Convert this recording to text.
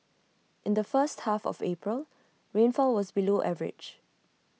in the first half of April rainfall was below average